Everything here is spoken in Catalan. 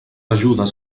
ajudes